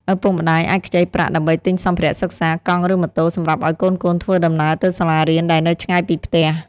ឪពុកម្ដាយអាចខ្ចីប្រាក់ដើម្បីទិញសម្ភារៈសិក្សា កង់ ឬម៉ូតូ សម្រាប់ឱ្យកូនៗធ្វើដំណើរទៅសាលារៀនដែលនៅឆ្ងាយពីផ្ទះ។